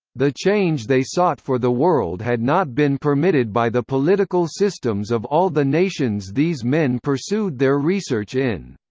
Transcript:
the change they sought for the world had not been permitted by the political systems of all the nations these men pursued their research in.